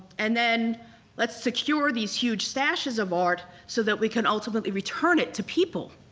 and then let's secure these huge stashes of art so that we can ultimately return it to people.